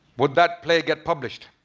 would that play get published?